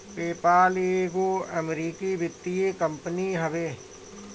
PayPal एगो अमरीकी वित्तीय कंपनी हवे